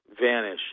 vanish